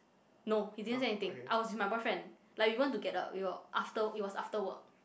no he didn't say anything I was with my boyfriend like we want to get up we were after it was after work